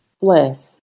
Bless